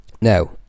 Now